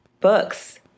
books